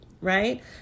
right